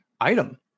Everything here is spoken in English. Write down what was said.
item